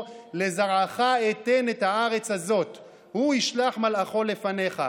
לזרעך אתן את הארץ הזאת הוא ישלח מלאכו לפניך".